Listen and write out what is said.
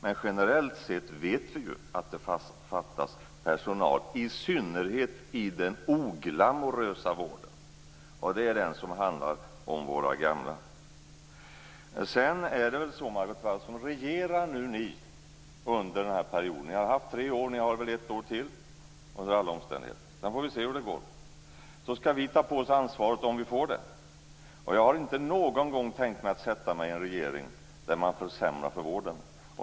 Men generellt sett vet vi ju att det fattas personal, i synnerhet i den oglamourlösa vården. Det är den som handlar om våra gamla. Sedan är det väl så, Margot Wallström, att ni regerar under den här perioden. Ni har haft tre år, och ni har väl ett år till under alla omständigheter. Sedan får vi se hur det går. Vi skall ta på oss ansvaret om vi får det. Jag har inte någon gång tänkt sätta mig i en regering där man försämrar för vården.